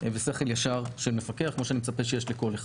ושכל ישר של מפקח, מה שאני מצפה שיש לכל אחד.